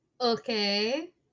Okay